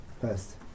first